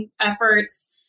efforts